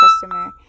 customer